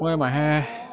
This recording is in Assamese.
মই মাহে